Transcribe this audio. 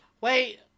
Wait